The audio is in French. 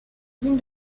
usine